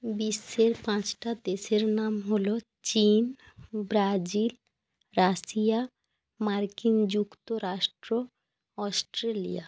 বিশ্বের পাঁচটা দেশের নাম হল চিন ব্রাজিল রাশিয়া মার্কিন যুক্তরাষ্ট্র অস্ট্রেলিয়া